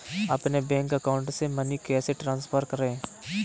अपने bank account से money कैसे ट्रांसफर करें?